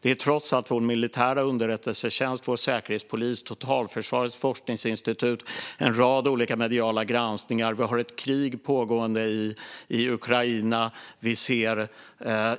Det är trots allt vår militära underrättelsetjänst, vår säkerhetspolis, Totalförsvarets forskningsinstitut och en rad olika mediegranskningar som pekar på detta. Det pågår ett krig i Ukraina. Vi ser